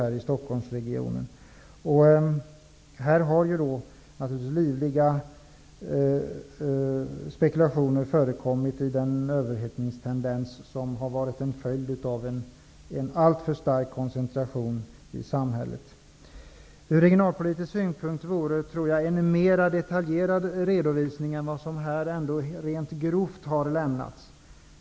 Det har naturligtvis förekommit livliga spekulationer i den överhettningsperiod som har blivit följden av en alltför stark koncentration i samhället. Jag tror att det ur regionalpolitisk synpunkt vore värdefullt med en mera detaljerad redovisning än den som här har lämnats.